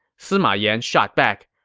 sima yan shot back,